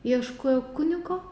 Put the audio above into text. ieškojo kunigo